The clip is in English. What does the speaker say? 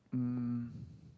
um